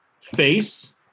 Face